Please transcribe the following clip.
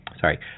sorry